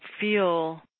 feel